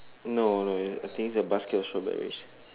no no ya I think it's a basket of strawberries